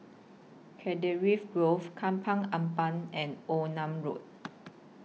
Grove Ampat and Onan Road